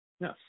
Yes